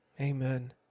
Amen